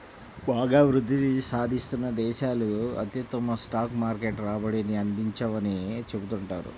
బాగా వృద్ధిని సాధిస్తున్న దేశాలు అత్యుత్తమ స్టాక్ మార్కెట్ రాబడిని అందించవని చెబుతుంటారు